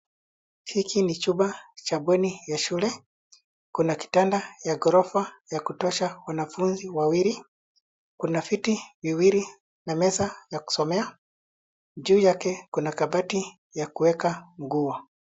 Hiki ni chumba cha bweni ya shule. Kuna kitanda cha ghorofa ya kutosha wanafunzi wawili. Kuna viti viwili na meza ya kusomea. Juu yake kuna kabati ya kuweka nguo.